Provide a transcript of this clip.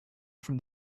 from